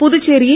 புதுச்சேரி யை